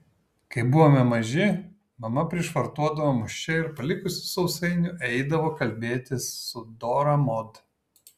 kai buvome maži mama prišvartuodavo mus čia ir palikusi sausainių eidavo kalbėtis su dora mod